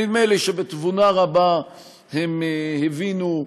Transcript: נדמה לי שבתבונה רבה הם הבינו,